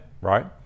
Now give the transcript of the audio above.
right